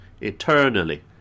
eternally